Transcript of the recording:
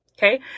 Okay